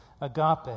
Agape